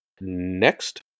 next